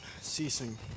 ceasing